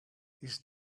his